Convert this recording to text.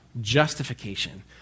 justification